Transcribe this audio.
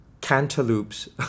cantaloupes